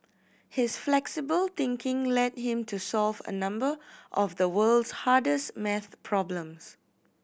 his flexible thinking led him to solve a number of the world's hardest maths problems